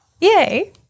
Yay